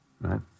Right